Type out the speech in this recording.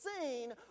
seen